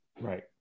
Right